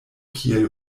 kiel